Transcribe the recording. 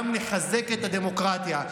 גם נחזק את הדמוקרטיה.